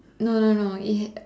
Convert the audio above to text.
no no no it